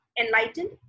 enlightened